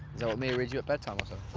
that what mia reads you at bedtime